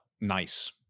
nice